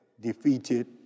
defeated